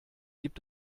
gibt